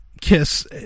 kiss